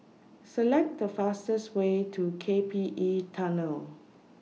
Select The fastest Way to K P E Tunnel